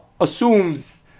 assumes